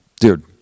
dude